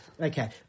Okay